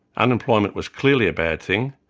unemployment was clearly a bad thing,